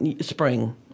spring